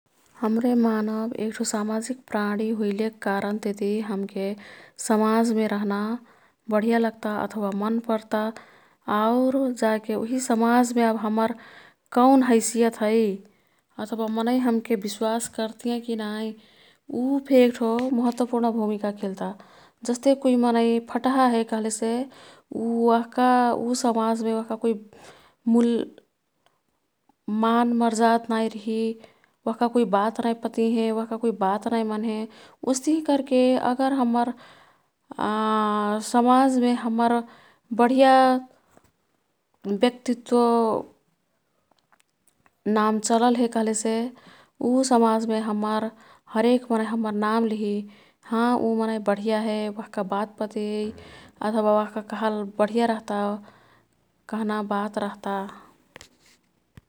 हाम्रे मानव एक्ठो सामाजिक प्राणी हुइलेक कारनतिती हमके समाजमे रह्ना बढिया लग्ता अथवा मन् पर्ता। आउर जाके उही समाजमे अब हम्मर कौन हैसियत है अथवा मनै हमके विश्वास कर्तियाँ की नाई। उ फे एक्ठो महत्वपूर्ण भूमिका खिल्ता। जस्ते कुई मनै फटाहा हे क्हलेसे उ समाजमे ओह्का कुई मान मर्जाद नाई रिही, ओह्का कुई बात नाई पतिहें, ओह्का कुई बात नाई मन्हें। उस्तिही कर्के अगर हम्मर समाजमे हम्मर बढिया व्यक्तित्व, नाम चालल हे कह्लेसे उ समाजमे हम्मर हरेक मनै हम्मर नाम लिही। हाँ ऊ मनै बढिया हे, ओह्का बात पतेई अथवा ओह्का कहल बढिया रह्ता कह्ना बात रह्ता।